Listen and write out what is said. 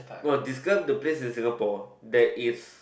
no describe the place in Singapore that is